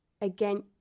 again